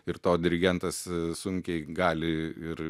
ir to dirigentas sunkiai gali ir